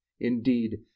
indeed